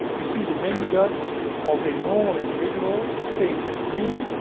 you see the mini-guts of a normal individual, stained in green.